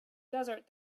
desert